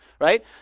right